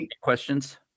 questions